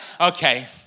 Okay